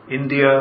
India